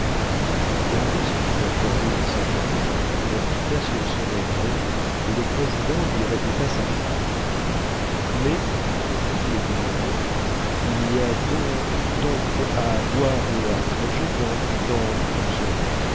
se fit un cornet de sa main l'appliqua sur son oreille et le président lui répéta sa phrase mais répondit le vigneron il y a ddddonc à boire et à manger dan dans tout cela